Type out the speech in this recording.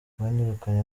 banyirukanye